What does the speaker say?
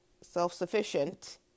self-sufficient